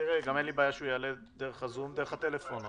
אין לי בעיה שהוא יעלה ב"זום" דרך הטלפון.